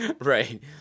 Right